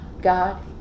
God